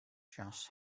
just